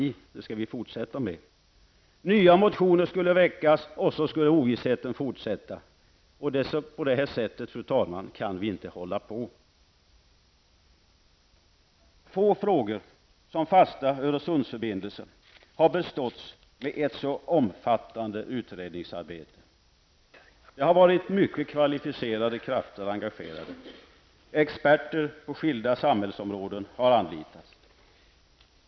Och det skall vi fortsätta att göra. Nya motioner skulle väckas, och så skulle ovissheten fortsätta. Så kan vi inte hålla på, fru talman. Få frågor har som frågan om fasta Öresundsförbindelser beståtts med ett så omfattande utredningsarbete. Mycket kvalificerade krafter har varit engagerade. Experter på skilda samhällsområden har anlitats.